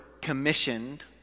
commissioned